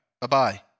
bye-bye